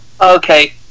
Okay